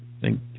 thank